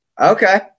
Okay